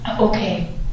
Okay